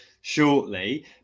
shortly